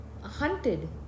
hunted